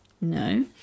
no